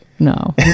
No